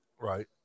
Right